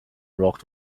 rocked